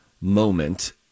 moment